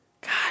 God